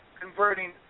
converting